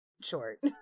short